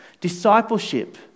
Discipleship